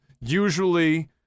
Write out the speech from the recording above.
usually